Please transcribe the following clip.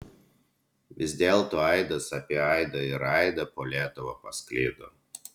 vis dėlto aidas apie aidą ir aidą po lietuvą pasklido